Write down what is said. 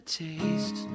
taste